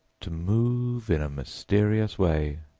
to move in a mysterious way,